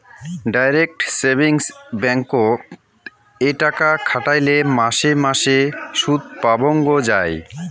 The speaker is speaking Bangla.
ডাইরেক্ট সেভিংস ব্যাঙ্ককোত এ টাকা খাটাইলে মাসে মাসে সুদপাবঙ্গ যাই